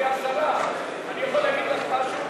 גברתי השרה, אני יכול להגיד לך משהו?